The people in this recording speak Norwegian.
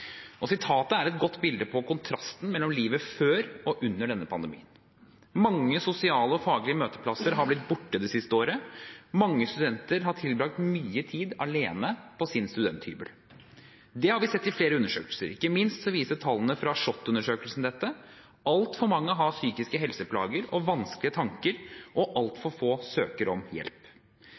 Sitatet er et godt bilde på kontrasten mellom livet før og under denne pandemien. Mange sosiale og faglige møteplasser har blitt borte det siste året. Mange studenter har tilbragt mye tid alene på sin studenthybel. Det har vi sett i flere undersøkelser. Ikke minst viste tallene fra SHoT-undersøkelsen dette. Altfor mange har psykiske helseplager og vanskelige tanker – og altfor få søker om hjelp.